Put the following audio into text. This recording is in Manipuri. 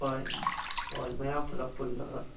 ꯍꯣꯏ ꯍꯣꯏ ꯃꯌꯥꯝ ꯄꯨꯂꯞ ꯄꯨꯜꯂꯒ